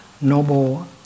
noble